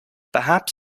perhaps